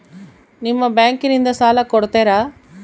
ನಿಮ್ಮ ಬ್ಯಾಂಕಿನಿಂದ ಸಾಲ ಕೊಡ್ತೇರಾ?